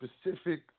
specific